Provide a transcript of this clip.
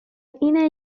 اینه